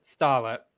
Starlet